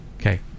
Okay